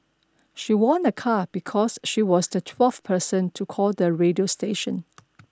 she won a car because she was the twelfth person to call the radio station